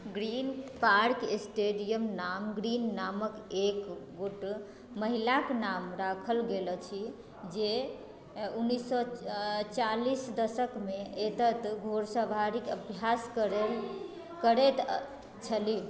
green Park Stadium नाम Green नामक एक गोट महिलाक नाम राखल गेल अछि जे उन्नैस सए चालीस दशकमे एतऽ घोड़सवारीक अभ्यास करै करैत छलीह